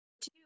two